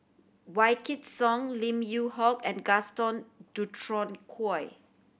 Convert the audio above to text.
Wykidd Song Lim Yew Hock and Gaston Dutronquoy